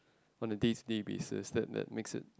on a day to day basis then that makes it